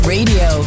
Radio